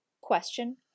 Question